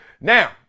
now